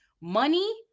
money